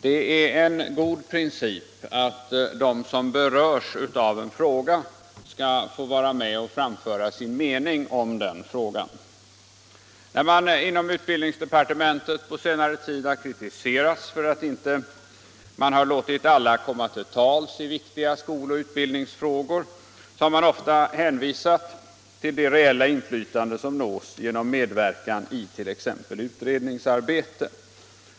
Det är en god princip att de som berörs av en fråga skall få vara med och framföra sin mening om den frågan. När man inom utbildningsdepartementet på senare tid har kritiserats för att man inte låtit alla komma till tals i viktiga skoloch utbildningsfrågor har man ofta hänvisats till det reella inflytande som nås genom medverkan it.ex. utredningsarbete.